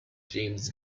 james